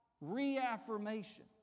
reaffirmation